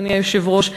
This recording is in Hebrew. אדוני היושב-ראש,